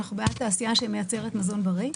אנחנו בעד תעשייה שמייצרת מזון בריא.